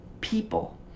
people